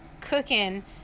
cooking